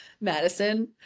Madison